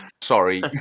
Sorry